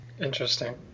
Interesting